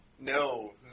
No